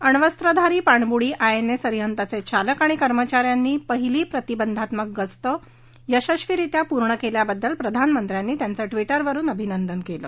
अण्वस्त्रधारी पाणवुडी आयएनएस अरिहन्तचे चालक आणि कर्मचाऱ्यांनी पहिली प्रतिबंधात्मक गस्त यशसवीरित्या पूर्ण केल्याबद्दल प्रधानमंत्र्यांनी त्यांचं ट्विटरवरुन अभिनंदन केलं